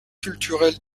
culturelle